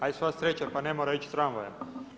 Ajde sva sreća pa ne mora ići tramvajem.